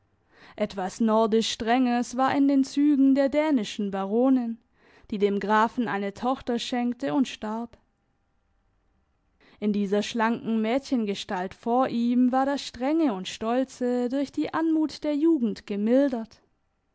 etwas nordisch strenges war in den zügen der dänischen baronin die dem grafen eine tochter schenkte und starb in dieser schlanken mädchengestalt vor ihm war das strenge und stolze durch die anmut der jugend gemildert